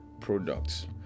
products